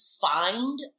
find